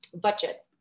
budget